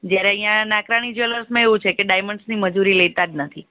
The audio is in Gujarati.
જ્યારે અહિયાં નાકરાણી જ્વેલર્સમાં એવું છે કે ડાયમંડ્સની મજૂરી લેતા જ નથી